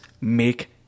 make